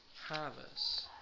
harvest